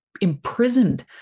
imprisoned